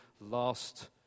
last